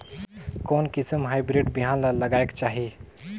कोन किसम हाईब्रिड बिहान ला लगायेक चाही?